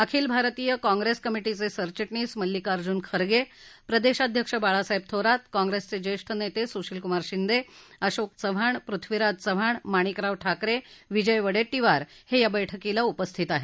अखिल भारतीय काँग्रेस कमिटीचे सरचिटणीस मल्लिकार्जून खर्गे प्रदेशाध्यक्ष बाळासाहेब थोरात काँग्रेसचे ज्येष्ठ नेते सुशीलकुमार शिंदे अशोक चव्हाण पृथ्वीराज चव्हाण माणिकराव ठाकरे विजय वडेट्टीवार हे या बैठकीला उपस्थित आहेत